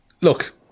look